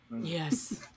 Yes